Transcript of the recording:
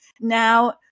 Now